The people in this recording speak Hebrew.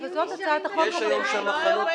יש שם היום מחנות